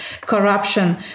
corruption